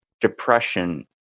depression